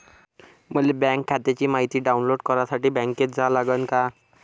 मले बँक खात्याची मायती डाऊनलोड करासाठी बँकेत जा लागन का?